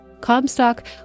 Comstock